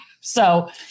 So-